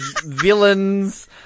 villains